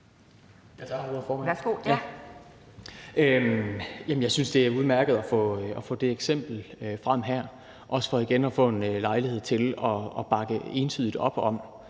Tak for ordet, formand. Jamen jeg synes, det er udmærket at få det eksempel frem her – også for igen at få en lejlighed til at bakke entydigt op om,